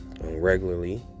regularly